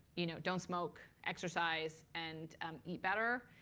you know don't smoke, exercise, and eat better.